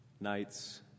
nights